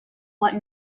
what